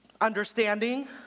understanding